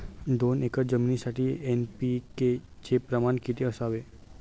दोन एकर जमीनीसाठी एन.पी.के चे प्रमाण किती असावे?